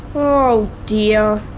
oh dear.